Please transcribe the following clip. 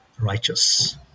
righteous